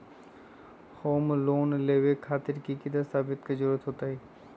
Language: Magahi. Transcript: होम लोन लेबे खातिर की की दस्तावेज के जरूरत होतई?